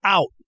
Out